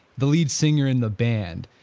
the lead singer in the band.